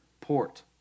port